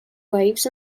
waves